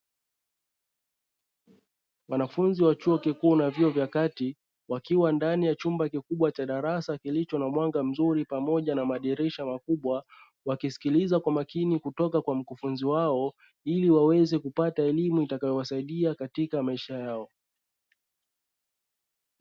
Wanafunzi wa chuo kikuu na vyuo vya kati wakiwa ndani ya chumba kikubwa cha darasa kilicho na mwanga mzuri pamoja na madirisha makubwa, wakisikiliza kwa makini kutoka kwa mkufunzi wao ili waweze kupata elimu itakayowasaidia katika maisha yao.